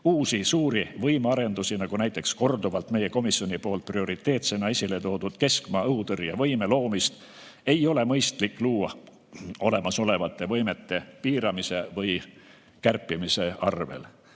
Uusi suuri võimearendusi, nagu näiteks korduvalt meie komisjoni poolt prioriteetsena esiletoodud keskmaa õhutõrje võime loomist ei ole mõistlik luua olemasolevate võimete piiramise või kärpimise arvel.